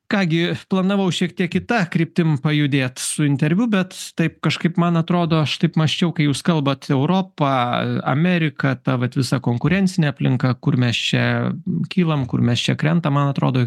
ką gi planavau šiek tiek kita kryptim pajudėt su interviu bet taip kažkaip man atrodo aš taip mąsčiau kai jūs kalbat europa amerika ta vat visa konkurencinė aplinka kur mes čia kylam kur mes čia krentam man atrodo